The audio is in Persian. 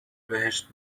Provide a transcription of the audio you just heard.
بهشت